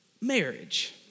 marriage